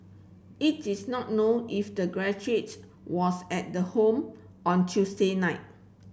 it is not known if the graduates was at the home on Tuesday night